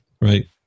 right